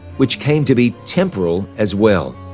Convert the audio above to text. which came to be temporal as well,